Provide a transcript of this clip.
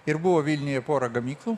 ir buvo vilniuje porą gamyklų